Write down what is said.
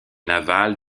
naval